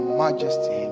majesty